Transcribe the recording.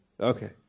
Okay